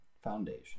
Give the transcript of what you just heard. Foundation